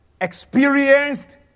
experienced